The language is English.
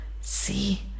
See